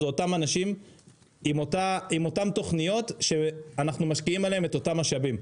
זה אותם אנשים עם אותן תוכניות שאנחנו משקיעים עליהן את אותם משאבים.